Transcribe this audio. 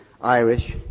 Irish